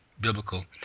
biblical